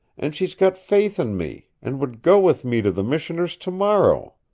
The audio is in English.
and she's got faith in me, and would go with me to the missioner's tomorrow.